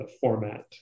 Format